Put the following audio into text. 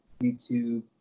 YouTube